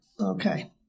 Okay